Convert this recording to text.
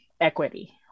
equity